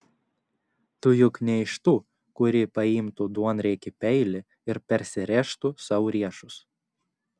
tu juk ne iš tų kuri paimtų duonriekį peilį ir persirėžtų sau riešus